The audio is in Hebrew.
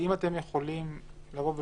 האם אתם יכולים לבוא ולומר,